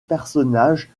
personnage